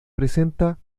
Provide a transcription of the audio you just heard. presenta